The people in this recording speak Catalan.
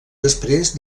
després